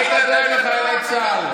היית דואג לחיילי צה"ל.